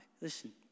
Listen